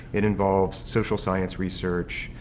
it involves social science research,